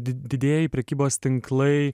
didieji prekybos tinklai